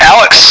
Alex